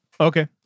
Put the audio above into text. Okay